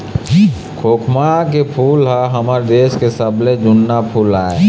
खोखमा के फूल ह हमर देश के सबले जुन्ना फूल आय